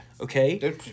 Okay